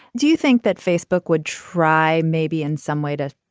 do you think that facebook would try. maybe in some way to.